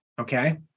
Okay